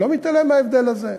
אני לא מתעלם מההבדל הזה.